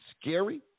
scary